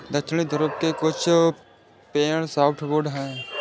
दक्षिणी ध्रुव के कुछ पेड़ सॉफ्टवुड हैं